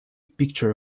picture